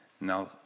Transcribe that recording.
now